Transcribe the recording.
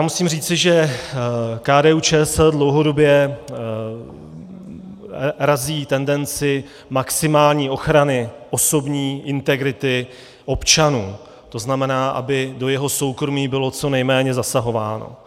Musím říci, že KDUČSL dlouhodobě razí tendenci maximální ochrany osobní integrity občana, to znamená, aby do jeho soukromí bylo co nejméně zasahováno.